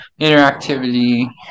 interactivity